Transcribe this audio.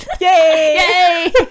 Yay